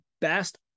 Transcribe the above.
best